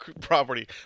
property